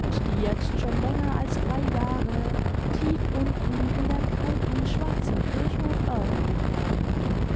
und die jetzt schon länger als drei jahre tief unten in der kalten schwarzen kirchhoferde begraben liegt